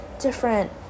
different